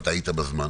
ואתה היית בזמן,